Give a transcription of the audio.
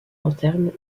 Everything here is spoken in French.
interne